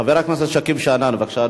חבר הכנסת שכיב שנאן, בבקשה,